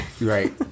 Right